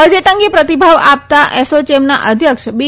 budget અંગે પ્રતિભાવ આ તા અસોચેમના અધ્યક્ષ બી